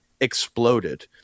exploded